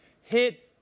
hit